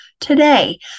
today